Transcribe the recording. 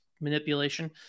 manipulation